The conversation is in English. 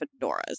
fedoras